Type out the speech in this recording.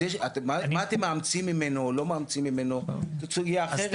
מה אתם מאמצים ממנו או לא מאמצים ממנו זאת סוגייה אחרת.